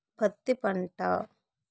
పత్తి పంట